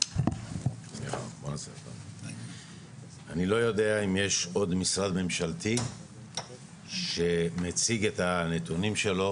אני לא יודע אם יש עוד משרד ממשלתי שמציג את הנתונים שלו.